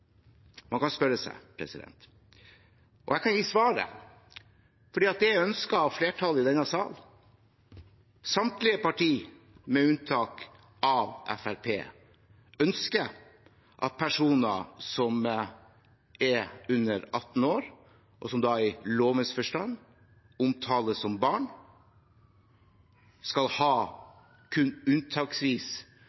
ønsket av flertallet i denne salen. Samtlige partier med unntak av Fremskrittspartiet ønsker at for personer som er under 18 år, og som i lovens forstand da omtales som barn, skal